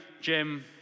Jim